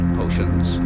potions